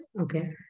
Okay